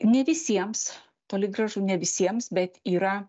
ne visiems toli gražu ne visiems bet yra